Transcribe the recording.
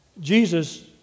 Jesus